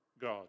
God